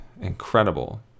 Incredible